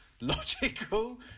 Logical